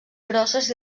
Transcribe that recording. grosses